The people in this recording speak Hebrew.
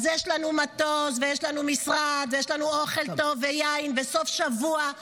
אז יש לנו מטוס ויש לנו משרד ויש לנו אוכל טוב ויין וסוף שבוע.